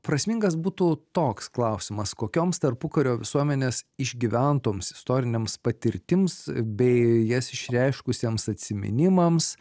prasmingas būtų toks klausimas kokioms tarpukario visuomenės išgyventoms istorinėms patirtims bei jas išreiškusiems atsiminimams